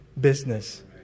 business